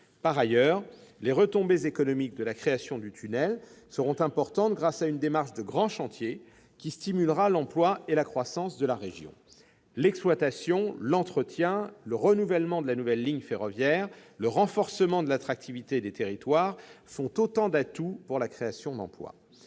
Par ailleurs, les retombées économiques de la création du tunnel seront importantes grâce à une démarche de « grand chantier » qui stimulera l'emploi et la croissance de la région. L'exploitation, l'entretien et le renouvellement de la nouvelle ligne ferroviaire, le renforcement de l'attractivité des territoires sont autant d'atouts pour la création d'emplois.